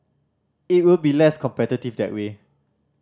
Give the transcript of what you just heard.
it will be less competitive that way